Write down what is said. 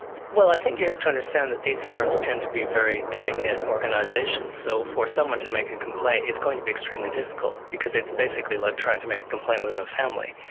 well i think you have to understand that these firms tend to be very tight-knit organisations. so for someone to make a complaint, it's going to be extremely difficult, because it's basically like trying to make a complaint within a family.